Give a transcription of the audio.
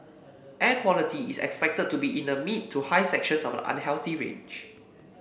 air quality is expected to be in the mid to high sections of the unhealthy range